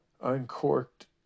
uncorked